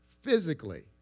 physically